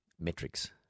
metrics